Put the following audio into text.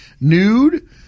nude